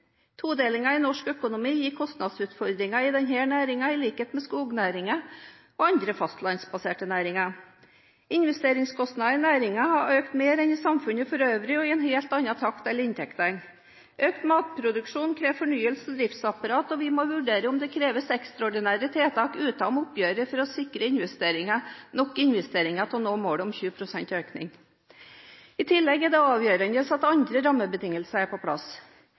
Todelingen i norsk økonomi gir kostnadsutfordringer for denne næringen, i likhet med skognæringen og andre fastlandsbaserte næringer. Investeringskostnadene i næringen har økt mer enn i samfunnet for øvrig og i en helt annen takt enn inntektene. Økt matproduksjon krever fornyelse av driftsapparatet, og vi må vurdere om det kreves ekstraordinære tiltak utenom oppgjøret for å sikre at det investeres nok til å nå målet om 20 pst. økning. I tillegg er det avgjørende at også andre rammebetingelser er på plass.